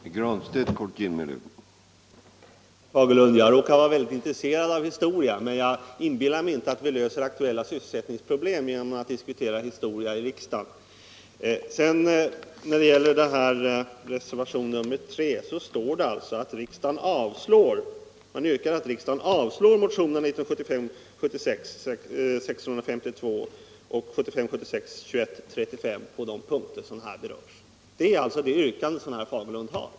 Herr talman! Jag råkar vara mycket intresserad av historia, herr Fagerlund, men jag inbillar mig inte att vi löser aktuella sysselsättningsproblem genom att diskutera historia här i riksdagen. Vad sedan beträffar reservationen 3 så yrkar man i den att riksdagen avslår motionerna 1975 76:2135 i vad gäller de punkter som här har berörts. Det är alltså det yrkaridet herr Fagerlund har.